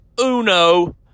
uno